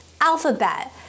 Alphabet